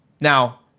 Now